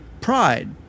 pride